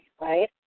right